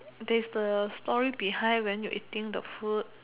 there's the story behind when you eating the food